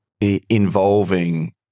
involving